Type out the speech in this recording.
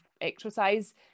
exercise